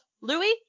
Louis